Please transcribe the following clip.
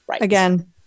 Again